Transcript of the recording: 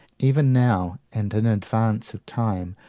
even now and in advance of time,